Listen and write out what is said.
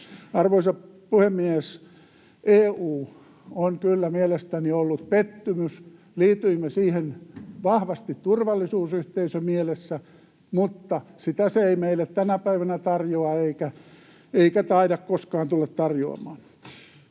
Arvoisa puhemies! EU on kyllä mielestäni ollut pettymys. Liityimme siihen vahvasti turvallisuusyhteisömielessä, mutta sitä se ei meille tänä päivänä tarjoa eikä taida koskaan tulla tarjoamaan.